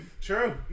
True